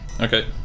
Okay